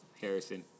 Harrison